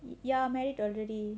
ya married already